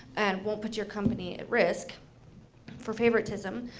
and won't put your company at risk for favoritism.